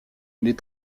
les